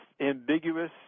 ambiguous